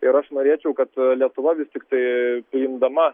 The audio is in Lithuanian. ir aš norėčiau kad lietuva vis tiktai imdama